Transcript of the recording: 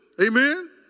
Amen